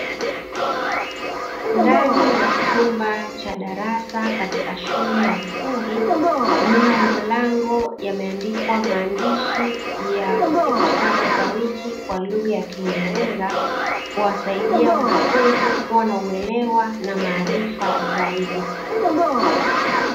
Ndani ya chumba cha darasa katika shule ya msingi, nyuma ya mlango yameandikwa maandishi ya siku saba za wiki, kwa lugha ya kingereza, kuwasaidia wanafunzi kua na uelewa na maarifa zaidi.